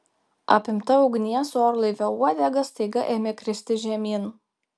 apimta ugnies orlaivio uodega staiga ėmė kristi žemyn